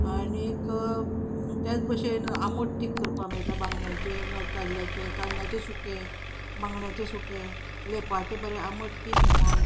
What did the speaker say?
आनीक तेच भशेन आंबट तीख करपाक मेळटा बांगड्यांचें जावं ताल्ल्याचें ताल्ल्याचें सुकें बांगड्याचें सुकें लेपाचें बरें आंबट तीख हुमण